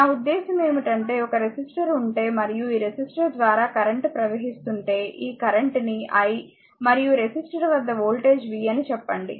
నా ఉద్దేశ్యం ఏమిటంటే ఒక రెసిస్టర్ ఉంటే మరియు ఈ రెసిస్టర్ ద్వారా కరెంట్ ప్రవహిస్తుంటే ఈ కరెంట్ ని i మరియు రెసిస్టర్ వద్ద వోల్టేజ్ v అని చెప్పండి